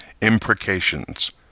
imprecations